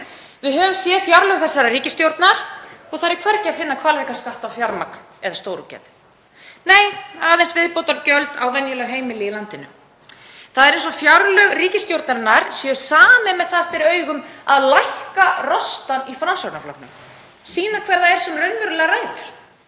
Við höfum séð fjárlög þessarar ríkisstjórnar og þar er hvergi að finna hvalrekaskatt á fjármagn eða stórútgerð. Nei, aðeins viðbótargjöld á venjuleg heimili í landinu. Það er eins og fjárlög ríkisstjórnarinnar séu samin með það fyrir augum að lækka rostann í Framsóknarflokknum, sýna honum hver það er sem raunverulega ræður.